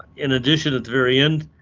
in addition, at the very end